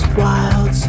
wild